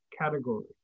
category